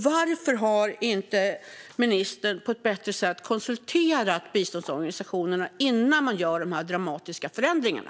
Varför har inte ministern på ett bättre sätt konsulterat biståndsorganisationerna innan man gjort de här dramatiska förändringarna?